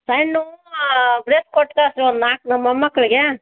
ಸಣ್ಣ ಬ್ರೆಶ್ ಕೊಟ್ಟು ಕಳ್ಸಿ ರಿ ಒಂದು ನಾಲ್ಕು ನಮ್ಮ ಮೊಮ್ಮಕ್ಕಳಿಗೆ